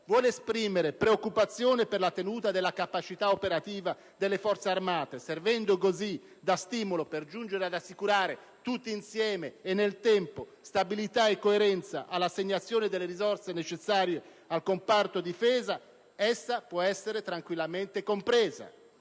vuole esprimere preoccupazione per la tenuta della capacità operativa delle Forze armate, servendo così da stimolo per giungere ad assicurare, tutti insieme e nel tempo, stabilità e coerenza all'assegnazione delle risorse necessarie al comparto della Difesa, essa può essere tranquillamente compresa.